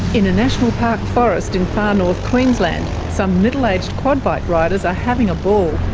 in a national park forest in far north queensland, some middle aged quad bike riders are having a ball.